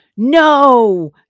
No